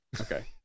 Okay